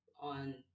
on